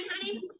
honey